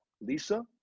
Lisa